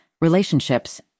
relationships